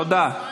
תודה.